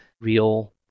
real